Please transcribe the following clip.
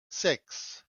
six